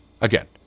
Again